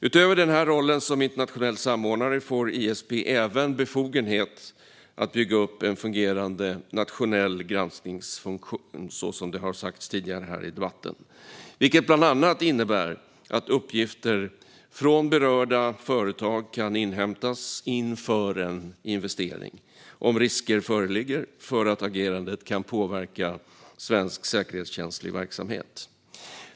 Utöver denna roll som internationell samordnare får ISP även befogenhet att bygga upp en fungerande nationell granskningsfunktion, så som har sagts tidigare här i debatten. Det innebär bland annat att uppgifter från berörda företag kan inhämtas inför en investering om risker föreligger för att agerandet kan påverka svensk säkerhetskänslig verksamhet.